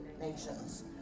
nations